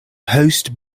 host